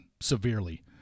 severely